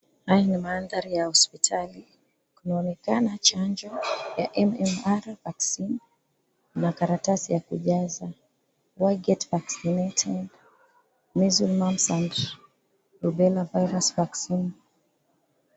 Haya ni mandhari ya hospitali. Kunaonekana chanjo ya MMR Vaccine na karatasi ya kujaza, "Why get vaccinated? MEASLES, MUMPS AND RUBELLA VIRUS VACCINE".